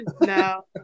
no